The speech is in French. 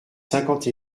cinquante